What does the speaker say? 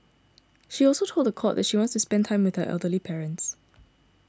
she also told the court that she wants to spend time with her elderly parents